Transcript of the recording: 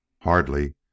Hardly